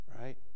right